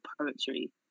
poetry